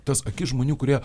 tas akis žmonių kurie